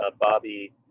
Bobby